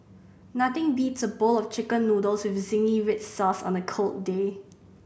nothing beats a bowl of Chicken Noodles with zingy red sauce on a cold day